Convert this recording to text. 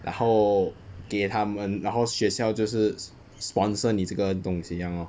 然后给他们然后学校就是 sponsor 你这个东西一样 lor